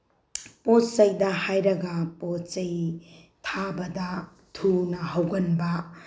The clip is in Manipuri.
ꯄꯣꯠ ꯆꯩꯗ ꯍꯥꯏꯔꯒ ꯄꯣꯠ ꯆꯩ ꯊꯥꯕꯗ ꯊꯨꯅ ꯍꯧꯒꯟꯕ